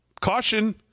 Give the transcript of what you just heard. caution